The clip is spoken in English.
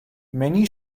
many